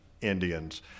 Indians